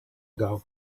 ago